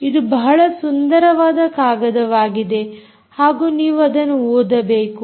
ಇದು ಬಹಳ ಸುಂದರವಾದ ಕಾಗದವಾಗಿದೆ ಹಾಗೂ ನೀವು ಅದನ್ನು ಓದಬೇಕು